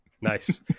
Nice